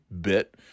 bit